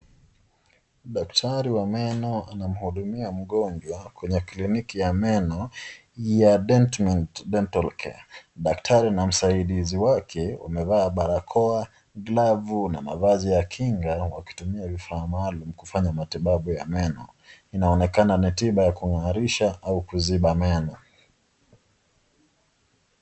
Daktari wa meno anamhudumia mgonjwa kwenye kliniki ya meno ya Dental Care, daktari na msaidizi wake wamevaa barakoa, glavu na mavazi ta kinga wakitumia vifaa maalum kufanya matibabu meno, inaonekana ni tiba ya kung'arisha au kuziba meno.